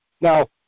Now